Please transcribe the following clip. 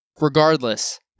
Regardless